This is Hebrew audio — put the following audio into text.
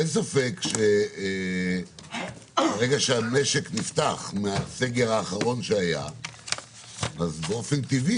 אין ספק שברגע שהמשק נפתח מהסגר האחרון שהיה אז באופן טבעי,